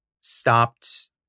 stopped